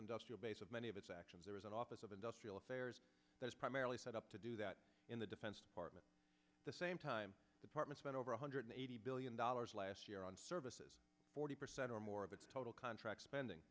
industrial base of many of its actions there is an office of industrial affairs that is primarily set up to do that in the defense department the same time department spent over one hundred eighty billion dollars last year on services forty percent or more of the total contract spending